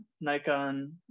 Nikon